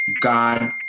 God